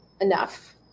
enough